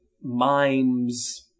mimes